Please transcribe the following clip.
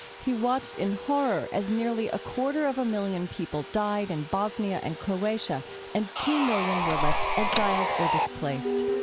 he watched in horror as nearly a quarter of a million people died in bosnia and croatia and two million were left exiled or displaced.